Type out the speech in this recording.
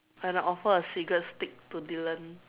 when I offer a cigarette stick to Dylan